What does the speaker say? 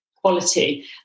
quality